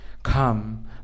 come